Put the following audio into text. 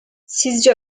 sizce